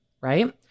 right